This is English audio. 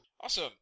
Awesome